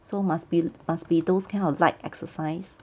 so must be must be those kind of light exercise